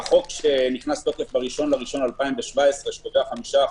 החוק שנכנס לתוקף ב-1.12017, וקובע מכסה של 5%,